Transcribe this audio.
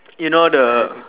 you know the